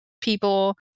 people